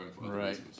Right